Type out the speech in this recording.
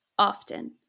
often